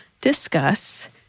discuss